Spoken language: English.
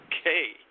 Okay